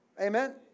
Amen